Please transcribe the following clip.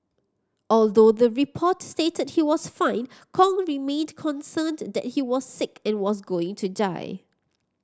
although the report stated he was fine Kong remained concerned that he was sick and was going to die